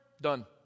done